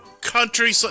country